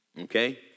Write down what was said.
okay